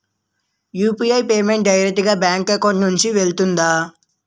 UPI payment direct గా bank account నుంచి వెళ్తుందా?